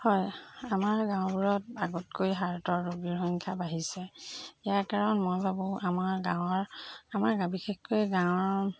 হয় আমাৰ গাঁওবোৰত আগতকৈ হাৰ্টৰ ৰোগীৰ সংখ্যা বাঢ়িছে ইয়াৰ কাৰণ মই ভাবোঁ আমাৰ গাঁৱৰ আমাৰ গাঁও বিশেষকৈ গাঁৱৰ